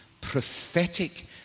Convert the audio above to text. prophetic